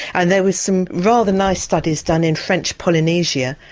and there was some rather nice studies done in french polynesia,